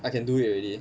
I can do it already